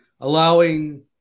allowing